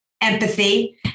empathy